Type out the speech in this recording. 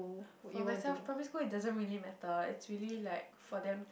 for myself primary school it doesn't really matter it's really like for them